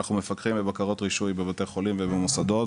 אנחנו מפקחים בבקרות רישוי בבתי חולים ובמוסדות.